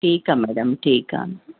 ठीकु आहे मैडम ठीकु आहे